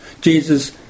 Jesus